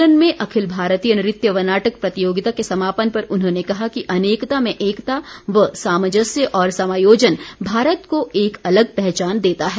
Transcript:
सोलन में अखिल भारतीय नृत्य व नाटक प्रतियोगिता के समापन पर उन्होंने कहा कि अनेकता में एकता व सामंजस्य और समायोजन भारत को एक अलग पहचान देता है